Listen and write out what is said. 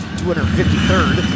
253rd